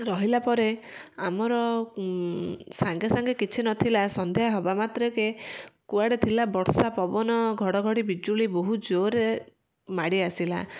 ରହିଲା ପରେ ଆମର ସାଙ୍ଗେ ସାଙ୍ଗେ କିଛି ନଥିଲା ସନ୍ଧ୍ୟା ହେବା ମାତ୍ରକେ କୁଆଡ଼େ ଥିଲା ବର୍ଷା ପବନ ଘଡ଼ଘଡ଼ି ବିଜୁଳି ବହୁତ ଜୋରରେ ମାଡ଼ି ଆସିଲା